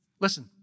listen